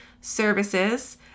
services